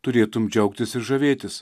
turėtum džiaugtis ir žavėtis